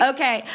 Okay